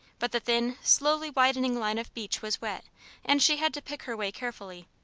but the thin, slowly-widening line of beach was wet and she had to pick her way carefully.